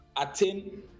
attain